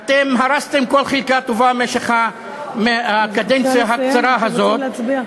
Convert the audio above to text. אתם הרסתם כל חלקה טובה במשך הקדנציה הקצרה הזאת נא לסיים.